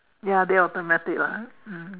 ya they alternate it lah mm